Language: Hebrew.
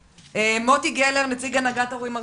מוטי גלר, נציג הנהגת הורים ארצית,